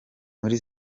muri